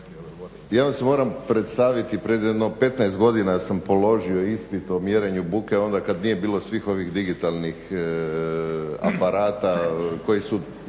ja vam se moram predstaviti, pred jedno 15 godina sam položio ispit o mjerenju buke onda kada nije bilo svih ovih digitalnih aparata koji su